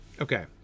Okay